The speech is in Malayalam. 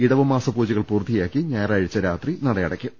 ഇടവമാസ പൂജകൾ പൂർത്തിയാക്കി ഞായറാഴ്ച രാത്രി നടയടയ്ക്കും